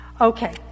okay